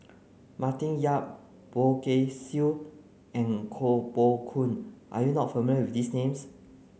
Martin Yan Poh Kay Swee and Koh Poh Koon are you not familiar with these names